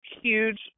huge –